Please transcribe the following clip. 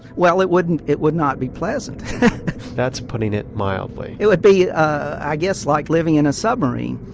well, it wouldn't, it would not be pleasant that's putting it mildly it would be, i guess like living in a submarine.